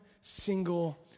single